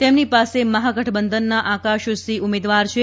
તેમની સામે મહાગઠ બંધનના આકાશ સિંફ ઉમેદવાર છે